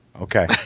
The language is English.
Okay